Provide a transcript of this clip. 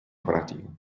operativo